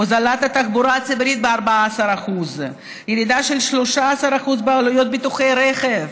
הוזלת התחבורה הציבורית ב-14%; ירידה של 13% בעלויות ביטוחי רכב.